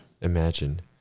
imagine